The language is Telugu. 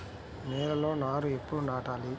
నేలలో నారు ఎప్పుడు నాటాలి?